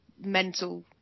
mental